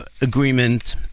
agreement